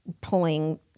pulling